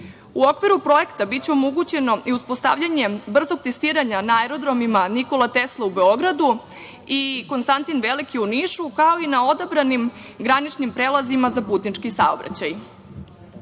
u okviru projekta biće omogućeno i uspostavljanje brzog testiranja na aerodromima Nikola Tesla u Beogradu i u Konstantnin Veliki u Nišu, kao i na odabranim graničnim prelazima za putnički saobraćaj. Kako